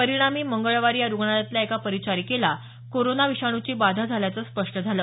परिणामी मंगळवारी या रुग्णालयातल्या एका परिचारिकेला कोरोना विषाणूची बाधा झाल्याचं स्पष्ट झालं